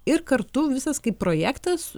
ir kartu visas kaip projektas